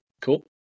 Cool